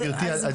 גברתי,